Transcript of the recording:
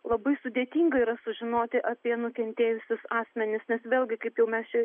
labai sudėtinga yra sužinoti apie nukentėjusius asmenis nes vėlgi kaip jau mes čia